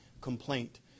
complaint